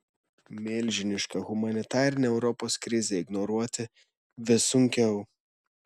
milžinišką humanitarinę europos krizę ignoruoti vis sunkiau